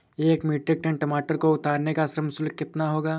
एक metric ton टमाटर को उतारने का श्रम शुल्क कितना होगा?